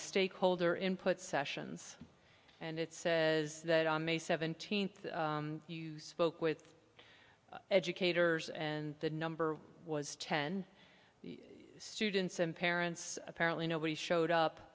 stakeholder input sessions and it says that on may seventeenth spoke with educators and the number was ten students and parents apparently nobody showed up